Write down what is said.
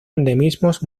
endemismos